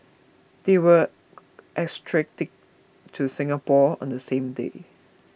they were extradited to Singapore on the same day